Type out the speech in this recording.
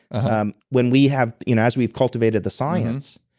um when we have, you know as we've cultivated the science,